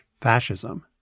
fascism